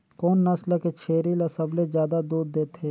कोन नस्ल के छेरी ल सबले ज्यादा दूध देथे?